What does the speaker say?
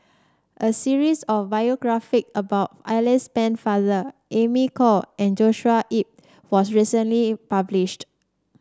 a series of biography about Alice Pennefather Amy Khor and Joshua Ip was recently published